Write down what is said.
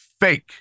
fake